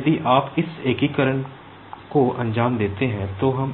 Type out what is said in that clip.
इसलिए यदि आप इस इंटीग्रेशन को अंजाम देते हैं तो हम